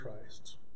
Christ